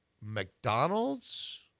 McDonald's